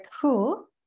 cool